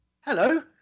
Hello